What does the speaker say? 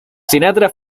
sinatra